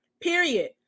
period